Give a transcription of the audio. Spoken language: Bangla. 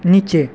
নিচে